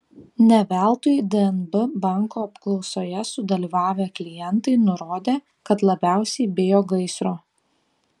ne veltui dnb banko apklausoje sudalyvavę klientai nurodė kad labiausiai bijo gaisro